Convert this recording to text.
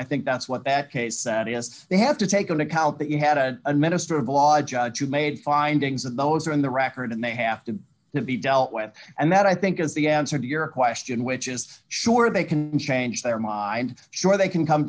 i think that's what that case that he has they have to take into account that you had to and minister of law made findings and those are in the record and they have to be dealt with and that i think is the answer to your question which is sure they can change their mind sure they can come